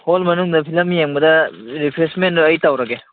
hall ꯃꯅꯨꯡꯗ film ꯌꯦꯡꯕꯗ ꯔꯤꯐ꯭ꯔꯦꯁꯃꯦꯟꯗꯨ ꯑꯩ ꯇꯧꯔꯒꯦ